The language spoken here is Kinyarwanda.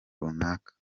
runaka